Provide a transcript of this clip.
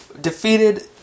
defeated